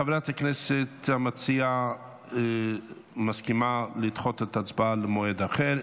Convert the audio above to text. חברת הכנסת המציעה מסכימה לדחות את ההצבעה למועד אחר.